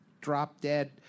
drop-dead